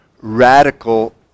radical